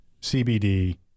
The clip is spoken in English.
CBD